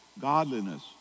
godliness